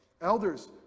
Elders